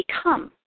become